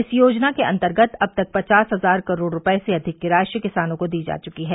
इस योजना के अंतर्गत अब तक पचास हजार करोड़ रूपये से अधिक की राशि किसानों को दी जा चुकी है